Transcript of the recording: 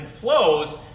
flows